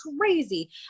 crazy